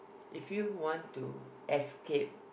if you want to escape